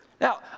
Now